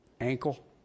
ankle